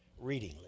reading